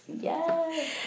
Yes